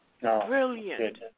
Brilliant